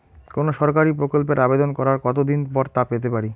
কোনো সরকারি প্রকল্পের আবেদন করার কত দিন পর তা পেতে পারি?